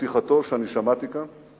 לפתיחתו שאני שמעתי כאן,